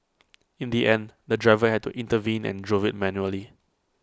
in the end the driver had to intervene and drove IT manually